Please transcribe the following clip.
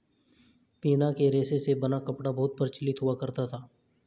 पिना के रेशे से बना कपड़ा बहुत प्रचलित हुआ करता था